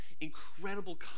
incredible